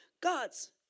God's